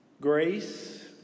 grace